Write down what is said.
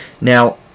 Now